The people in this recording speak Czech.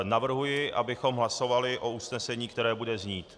Navrhuji, abychom hlasovali o usnesení, které bude znít: